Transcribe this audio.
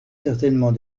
certainement